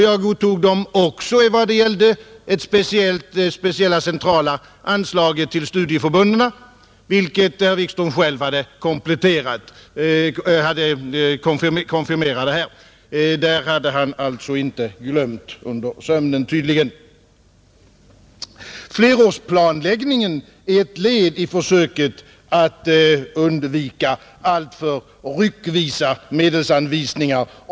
Jag godtog dem också i vad gäller det speciella centrala anslaget till studieförbunden, vilket herr Wiklund själv konfirmerade här. Där hade han alltså inte glömt under sömnen tydligen. Flerårsplanläggningen är ett led i försöket att undvika alltför ryckiga medelsanvisningar.